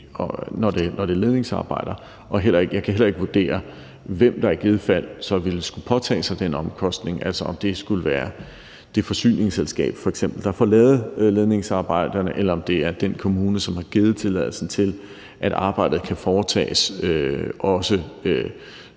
når det er ledningsarbejder. Og jeg kan heller ikke vurdere, hvem der i givet fald så ville skulle påtage sig den omkostning – altså om det skulle være det forsyningsselskab f.eks., der får lavet ledningsarbejderne, eller om det er den kommune, som har givet tilladelsen til, at arbejdet kan foretages, også